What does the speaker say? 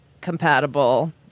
compatible